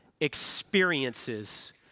experiences